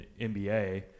NBA